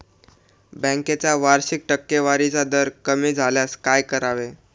बँकेचा वार्षिक टक्केवारीचा दर कमी झाल्यास काय करावे?